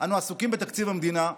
אנו עסוקים בתקציב המדינה,